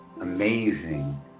amazing